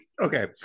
okay